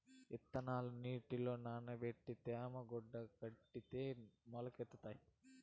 ఇత్తనాలు నీటిలో నానబెట్టి తేమ గుడ్డల కడితే మొలకెత్తుతాయి